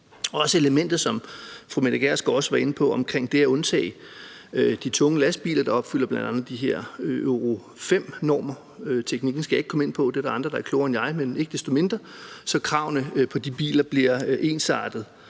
Også elementet, som fru Mette Gjerskov også var inde på, omkring det at undtage de tunge lastbiler, der opfylder bl.a. de her Euro-V-normer – teknikken skal jeg ikke komme ind på, der er der andre, der er klogere end jeg – så kravene til de biler ikke desto mindre bliver ensartede